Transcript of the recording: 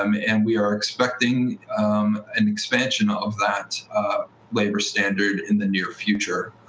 um and we are expecting an expansion of that labor standard in the near future.